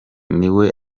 niwe